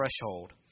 threshold